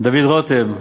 דוד רותם,